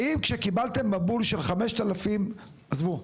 האם כשקיבלתם מבול של 5,000, עזבו,